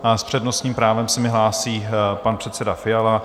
S přednostním právem se mi hlásí pan předseda Fiala.